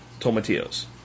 tomatillos